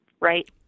right